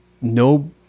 no